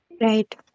Right